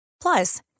Plus